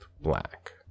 black